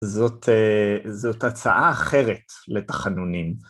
זאת אה… זאת הצעה אחרת לתכנונים.